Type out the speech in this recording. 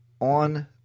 on